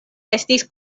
estis